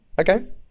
Okay